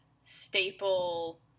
staple